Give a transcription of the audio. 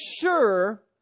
sure